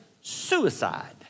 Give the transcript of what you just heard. suicide